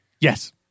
Yes